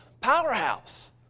powerhouse